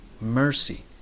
mercy